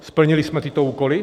Splnili jsme tyto úkoly?